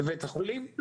בבית החולים?